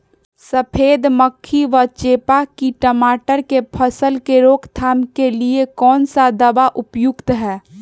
सफेद मक्खी व चेपा की टमाटर की फसल में रोकथाम के लिए कौन सा दवा उपयुक्त है?